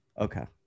Okay